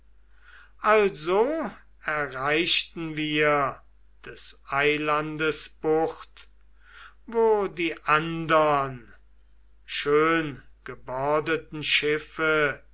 also erreichten wir des eilandes bucht wo die andern schöngebordeten schiffe